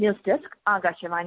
news desk Akashvani